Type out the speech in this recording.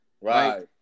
Right